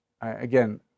again